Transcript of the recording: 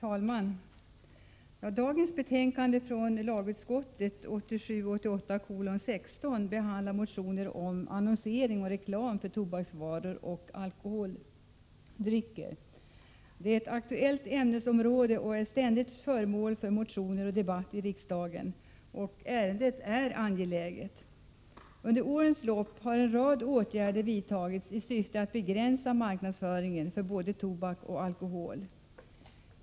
Herr talman! I betänkandet 1987/88:16 från lagutskottet behandlas motioner om annonsering och reklam för tobaksvaror och alkoholdrycker. Det är ett aktuellt ämnesområde, som ständigt är föremål för motioner och debatt i riksdagen. Ärendet är angeläget. Under årens lopp har en rad åtgärder vidtagits i syfte att begränsa marknadsföringen av både tobak och alkohol.